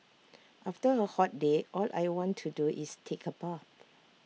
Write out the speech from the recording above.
after A hot day all I want to do is take A bath